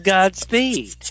Godspeed